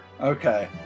Okay